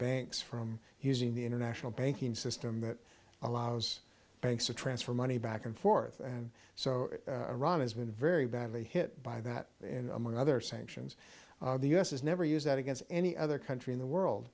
banks from using the international banking system that allows thanks to transfer money back and forth and so iran has been very badly hit by that in among other sanctions the u s is never use that against any other country in the world